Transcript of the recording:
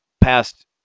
past